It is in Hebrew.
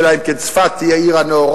אלא אם כן צפת תהיה העיר הנאורה,